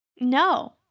No